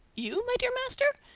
you, my dear master!